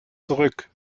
zurück